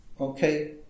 okay